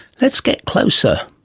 let's get closer.